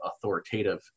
authoritative